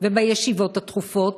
ובישיבות התכופות,